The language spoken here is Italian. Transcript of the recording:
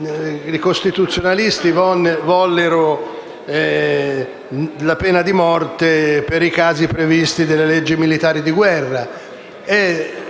(i Costituenti vollero la pena di morte per i casi previsti dalle leggi militari di guerra).